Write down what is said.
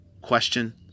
question